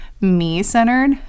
me-centered